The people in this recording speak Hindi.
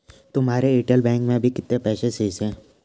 तुम्हारे एयरटेल बैंक में अभी कितने पैसे शेष हैं?